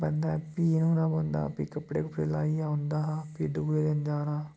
बन्दा फ्ही न्हौना पौंदा फ्ही कपड़े कुपड़े लाइयै औंदा हा फ्ही दुए दिन जाना